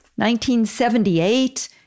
1978